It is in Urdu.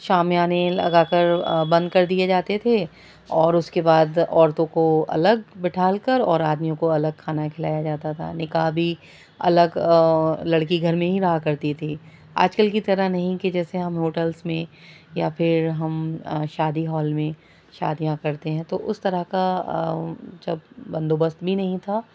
شامیانے لگا کر بند کر دیے جاتے تھے اور اس کے بعد عورتوں کو الگ بٹھا کر اور آدمیوں کو الگ کھانا کھلایا جاتا تھا نکاح بھی الگ لڑکی گھر میں ہی رہا کرتی تھی آج کل کی طرح نہیں کہ جیسے ہم ہوٹلس میں یا پھر ہم شادی ہال میں شادیاں کرتے ہیں تو اس طرح کا جب بندوبست بھی نہیں تھا